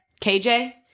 KJ